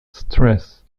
stress